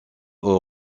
aux